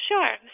Sure